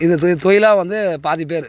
இது இது தொழிலாக வந்து பாதிப்பேர்